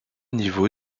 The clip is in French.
niveau